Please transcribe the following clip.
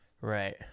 right